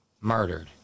murdered